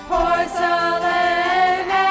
Porcelain